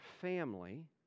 family